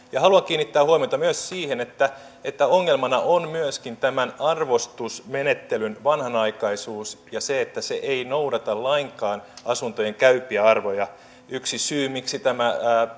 haluan kiinnittää huomiota myös siihen että että ongelmana on myöskin tämän arvostusmenettelyn vanhanaikaisuus ja se että se ei noudata lainkaan asuntojen käypiä arvoja yksi syy miksi tämä